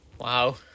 Wow